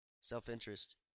self-interest